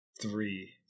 Three